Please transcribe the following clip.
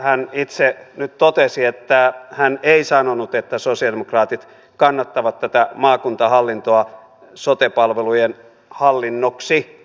hän itse nyt totesi että hän ei sanonut että sosialidemokraatit kannattavat tätä maakuntahallintoa sote palvelujen hallinnoksi